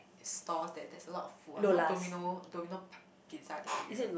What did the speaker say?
stores that there's a lot of food one you know Domino Domino p~ pizza that area